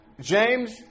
James